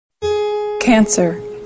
Cancer